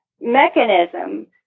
mechanism